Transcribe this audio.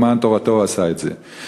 למען תורתו הוא עשה את זה.